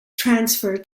transfer